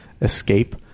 escape